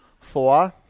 Four